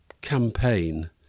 campaign